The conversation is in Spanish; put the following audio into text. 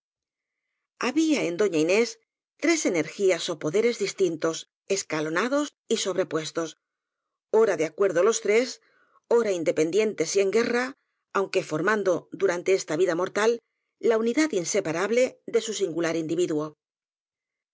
había en doña inés tres energías ó poderes dis tintos escalonados y sobrepuestos ora de acuerdo los tres ora independientes y en guerra aunque formando durante esta vida mortal la unidad in separable de su singular individuo